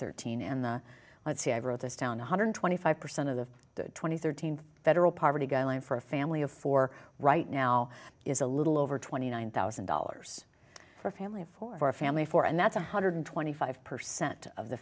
thirteen and the let's see i wrote this down one hundred twenty five percent of the twenty thirteenth federal poverty go in for a family of four right now is a little over twenty nine thousand dollars for a family of four for a family of four and that's one hundred twenty five percent of the